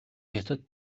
хятад